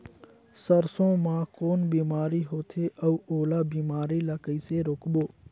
सरसो मा कौन बीमारी होथे अउ ओला बीमारी ला कइसे रोकबो?